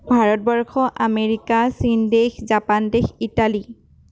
Bharatvarsha America চীনদেশ Japan দেশ Italy